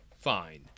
fine